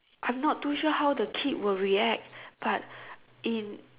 I'm not too sure how the kid will react but in